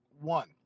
One